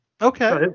okay